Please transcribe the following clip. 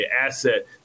asset